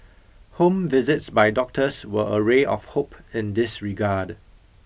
home visits by doctors were a ray of hope in this regard